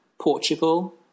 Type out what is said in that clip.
Portugal